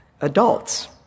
adults